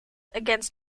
against